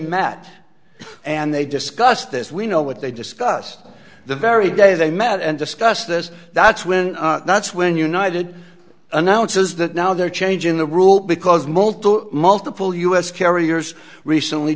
met and they discussed this we know what they discussed the very day they met and discussed this that's when our that's when united announces that now they're changing the rule because multiple multiple u s carriers recently